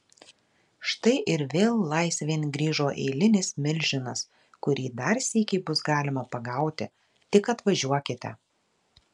štai ir vėl laisvėn grįžo eilinis milžinas kurį dar sykį bus galima pagauti tik atvažiuokite